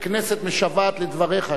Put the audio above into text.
הכנסת משוועת לדבריך.